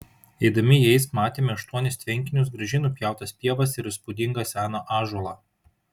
eidami jais matėme aštuonis tvenkinius gražiai nupjautas pievas ir įspūdingą seną ąžuolą